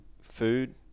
food